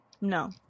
No